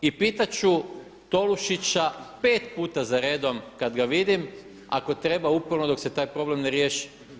I pitati ću Tolušića pet puta za redom kada ga vidim, ako treba uporno dok se taj problem ne riješi.